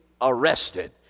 arrested